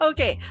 Okay